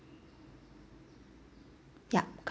yup